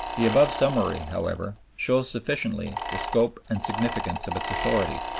the above summary, however, shows sufficiently the scope and significance of its authority.